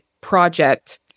project